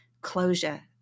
closure